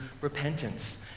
repentance